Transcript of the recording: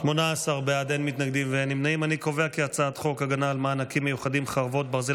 להעביר את הצעת חוק ההגנה על מענקים מיוחדים (חרבות ברזל),